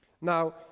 Now